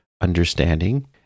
understanding